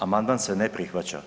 Amandman se ne prihvaća.